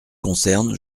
concerne